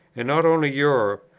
and not only europe,